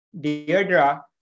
Deirdre